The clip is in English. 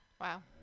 Wow